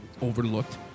overlooked